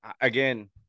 Again